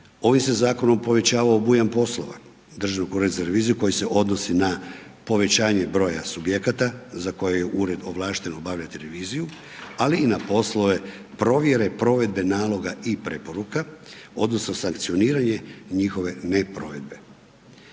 Ovim se zakonom povećava obujam poslova Državnog ureda za reviziju koji se odnosi na povećanje broja subjekata za koje je ured ovlašten obavljati reviziju, ali i na poslove provjere provedbe naloga i preporuka odnosno sankcioniranje njihove ne provedbe.